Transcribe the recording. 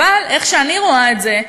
אבל איך שאני רואה את זה,